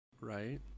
right